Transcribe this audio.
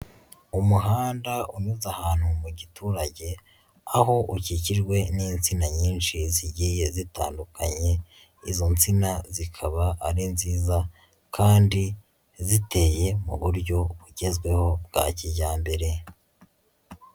Umuhanda unyuze ahantu mu giturage, aho ukikijwe n'insina nyinshi zigiye zitandukanye, izo nsina zikaba ari nziza kandi ziteye mu buryo bugezweho bwa kijyambere.